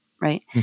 right